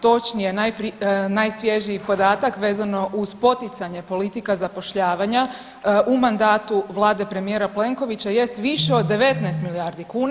Točnije najsvježiji podatak vezano uz poticanje politika zapošljavanja u mandatu Vlade premijera Plenkovića jest više od 19 milijardi kuna.